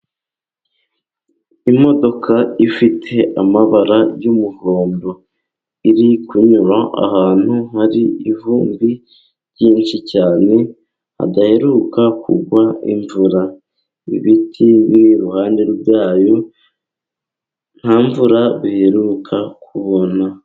Imodoka ifite amabara y'umuhondo. Iri kunyura ahantu hari ivumbi ryinshi cyane, hadaheruka kugwa imvura. Ibiti biri iruhande rwayo nta mvura biheruka kubona.